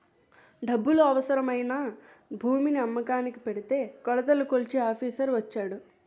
డబ్బులు అవసరమై నా భూమిని అమ్మకానికి ఎడితే కొలతలు కొలిచే ఆఫీసర్ వచ్చాడు